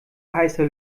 heißer